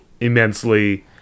immensely